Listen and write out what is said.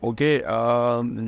Okay